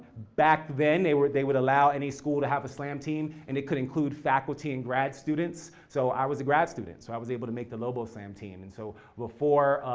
back then, they would they would allow any school to have a slam team, and it could include faculty and grad students. so i was a grad student. so i was able to make the lobo slam team. and so before,